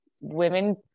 women